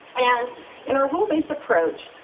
and in our role based approach,